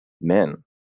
men